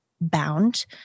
bound